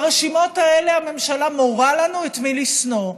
ברשימות האלה הממשלה מורה לנו את מי לשנוא,